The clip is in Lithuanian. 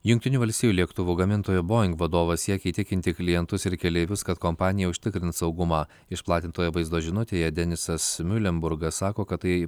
jungtinių valstijų lėktuvų gamintojo boing vadovas siekia įtikinti klientus ir keleivius kad kompanija užtikrins saugumą išplatintoje vaizdo žinutėje denisas miulenburgas sako kad tai